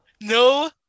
No